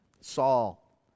Saul